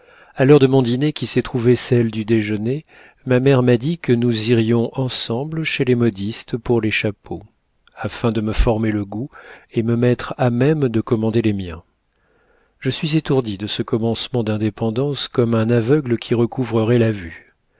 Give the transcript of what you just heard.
a l'heure de mon dîner qui s'est trouvée celle du déjeuner ma mère m'a dit que nous irions ensemble chez les modistes pour les chapeaux afin de me former le goût et me mettre à même de commander les miens je suis étourdie de ce commencement d'indépendance comme un aveugle qui recouvrerait la vue